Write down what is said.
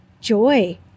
joy